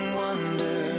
wonder